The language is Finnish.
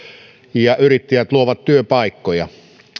ja yrittäjät luovat työpaikkoja